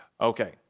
Okay